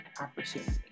opportunity